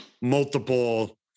multiple